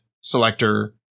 selector